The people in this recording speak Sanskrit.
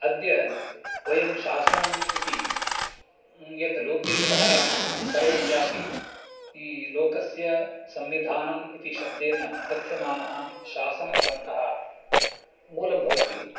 अद्य वयं शासनम् इति यत् लोके व्यवहरामः सर्वस्यापि ई लोकेस्य संविधानम् इति शब्देन कथ्यमानः शासनग्रन्थः मूलं भवति